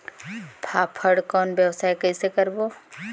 फाफण कौन व्यवसाय कइसे करबो?